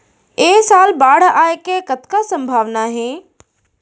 ऐ साल बाढ़ आय के कतका संभावना हे?